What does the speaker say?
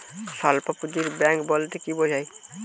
স্বল্প পুঁজির ব্যাঙ্ক বলতে কি বোঝায়?